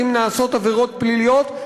אם נעשות עבירות פליליות,